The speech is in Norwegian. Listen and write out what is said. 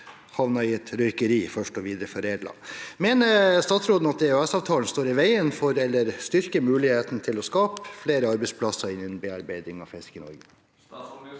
hvis man røyker den først. Mener statsråden at EØS-avtalen står i veien for eller styrker muligheten til å skape flere arbeidsplasser innen bearbeiding av fisk i Norge?»